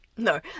No